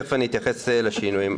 ותיכף אני אתייחס לשינויים.